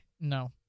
No